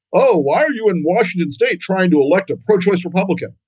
oh, why are you in washington state trying to elect a pro-choice republican?